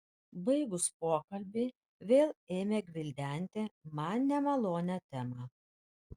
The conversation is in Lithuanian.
baigus pokalbį vėl ėmė gvildenti man nemalonią temą